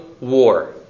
war